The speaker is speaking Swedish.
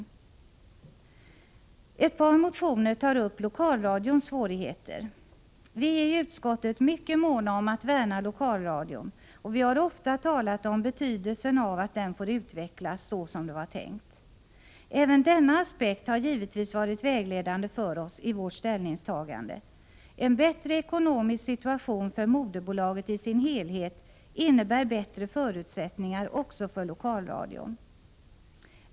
I ett par motioner tas lokalradions svårigheter upp. Vi är i utskottet mycket måna om att värna lokalradion, och vi har ofta talat om betydelsen av att den får utvecklas så som det var tänkt. Även denna aspekt har varit vägledande för oss i vårt ställningstagande. En bättre ekonomisk situation för moderbolaget i dess helhet innebär bättre förutsättningar också för lokalradion.